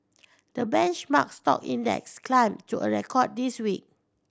the benchmark stock index climbed to a record this week